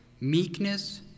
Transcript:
meekness